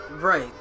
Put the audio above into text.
right